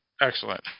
Excellent